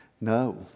no